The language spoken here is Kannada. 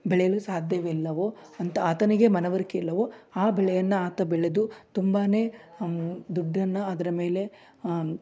ಬೆಳೆಯಲು ಸಾಧ್ಯವಿಲ್ಲವೋ ಅಂತ ಆತನಿಗೆ ಮನವರಿಕೆ ಇಲ್ಲವೋ ಆ ಬೆಳೆಯನ್ನು ಆತ ಬೆಳೆದು ತುಂಬಾ ಅವನು ದುಡ್ಡನ್ನು ಅದರ ಮೇಲೆ